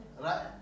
Right